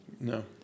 no